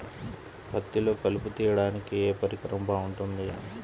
పత్తిలో కలుపు తీయడానికి ఏ పరికరం బాగుంటుంది?